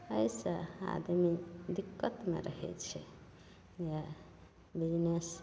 एहिसे आदमी दिक्कतमे रहै छै यऽ बिजनेस